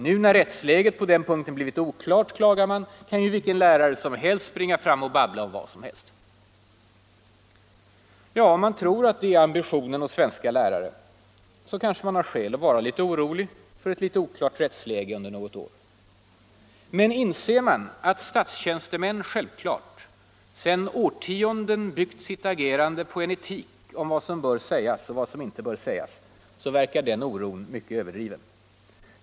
Nu när rättsläget på den punkten har blivit oklart, klagar man, kan ju vilken lärare som helst springa fram och babbla om vad som helst. Ja, om man tror att detta är ambitionen hos svenska lärare, så kanske ,man har skäl att vara orolig för ett litet oklart rättsläge under något 'år. Men inser man att statstjänstemän självklart sedan årtionden har byggt sitt agerande på en etik om vad som bör sägas och vad som inte bör sägas, så verkar den oron mycket överdriven.